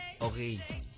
Okay